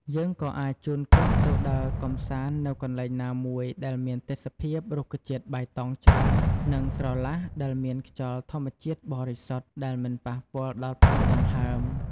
យើងក៏អាចជូនគាត់ទៅដើរកម្សាន្តទៅកន្លែណាមួយដែលមានទេសភាពរុក្ខជាតិបៃតងច្រើន និងស្រឡះដែលមានខ្យល់ធម្មជាតិបរិសុទ្ធដែលមិនប៉ះពាល់ដល់ផ្លូវដង្ហើម។